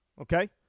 okay